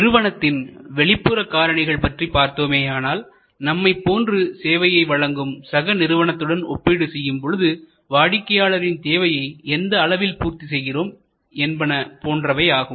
நிறுவனத்தின் வெளிப்புற காரணிகள் பற்றி பார்த்தோமேயானால் நம்மைப் போன்று சேவையை வழங்கும் சக நிறுவனத்துடன் ஒப்பீடு செய்யும் போது வாடிக்கையாளரின் தேவையை எந்த அளவில் பூர்த்தி செய்கிறோம் என்பன போன்றவையாகும்